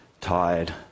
Tired